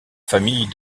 famille